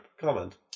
comment